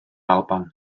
alban